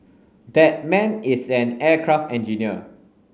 that man is an aircraft engineer